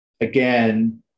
again